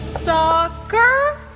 Stalker